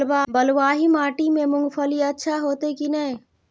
बलवाही माटी में मूंगफली अच्छा होते की ने?